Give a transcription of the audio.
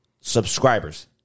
subscribers